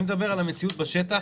אני מדבר על המציאות בשטח.